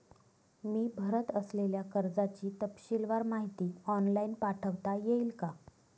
मी भरत असलेल्या कर्जाची तपशीलवार माहिती ऑनलाइन पाठवता येईल का?